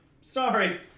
sorry